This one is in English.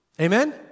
Amen